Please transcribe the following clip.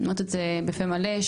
אני אומרת את זה בפה מלא,